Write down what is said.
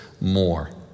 more